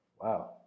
Wow